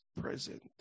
present